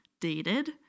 dated